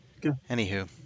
Anywho